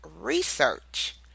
research